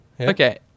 okay